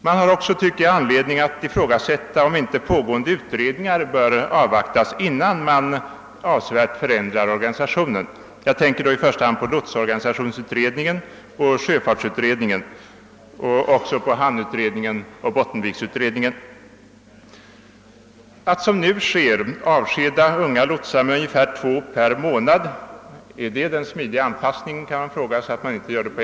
Man har också, tycker jag, anledning att ifrågasätta om inte pågående utredningar bör avvaktas innan man avsevärt förändrar organisationen. Jag tän ker då i första hand på lotsorganisationsutredningen och sjöfartsutredningen men också på hamnutredningen och bottenviksutredningen. Att, som nu sker, successivt avskeda ungefär två unga lotsar per månad kan . i framtiden visa sig vara en mycket riskabel och oklok politik.